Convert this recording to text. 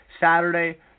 Saturday